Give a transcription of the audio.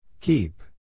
Keep